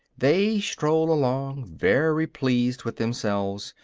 they stroll along, very pleased with themselves,